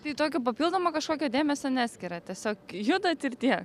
tai tokio papildomo kažkokio dėmesio neskiriat tiesiog judat ir tiek